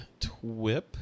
TWIP